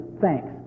Thanks